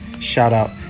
shout-out